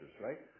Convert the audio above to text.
right